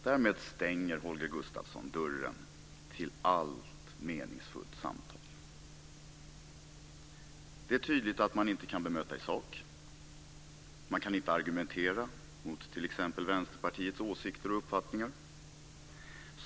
Därmed stänger Holger Gustafsson dörren till allt meningsfullt samtal. Det är tydligt att man inte kan bemöta i sak. Man kan inte argumentera mot t.ex. Vänsterpartiets åsikter och uppfattningar.